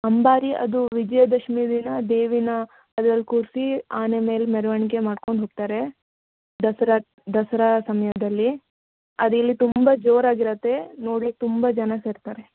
ಅಂಬಾರಿ ಅದು ವಿಜಯದಶಮಿ ದಿನ ದೇವಿನ ಅದರಲ್ಲಿ ಕೂರಿಸಿ ಆನೆ ಮೇಲೆ ಮೆರವಣಿಗೆ ಮಾಡಿಕೊಂಡು ಹೋಗ್ತಾರೆ ದಸರಾ ದಸರಾ ಸಮಯದಲ್ಲಿ ಅದಿಲ್ಲಿ ತುಂಬ ಜೋರಾಗಿರತ್ತೆ ನೋಡಲಿಕ್ಕೆ ತುಂಬ ಜನ ಸೇರ್ತಾರೆ